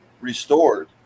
restored